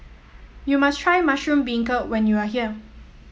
you must try Mushroom Beancurd when you are here